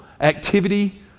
activity